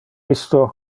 isto